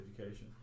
education